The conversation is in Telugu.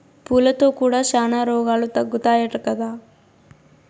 పూలతో కూడా శానా రోగాలు తగ్గుతాయట కదా